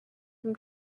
from